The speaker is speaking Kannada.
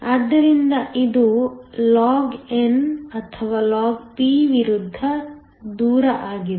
ಆದ್ದರಿಂದ ಇದು log ಅಥವಾ log ವಿರುದ್ಧ ದೂರ ಆಗಿದೆ